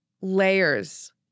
layers